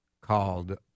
called